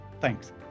Thanks